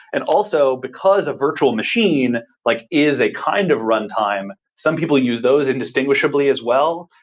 and also, because of virtual machine like is a kind of runtime. some people use those indistinguishably as well.